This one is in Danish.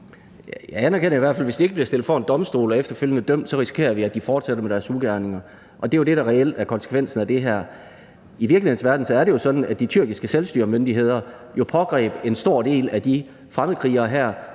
Jeg anerkender i hvert fald, at hvis de ikke bliver stillet for en domstol og efterfølgende dømt, risikerer vi, at de fortsætter med deres ugerninger, og det er jo det, der reelt er konsekvensen af det her. I virkelighedens verden er det jo sådan, at de kurdiske selvstyremyndigheder jo pågreb en stor del af de fremmedkrigere. De